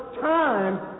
time